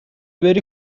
بری